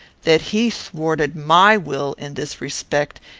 that he thwarted my will in this respect,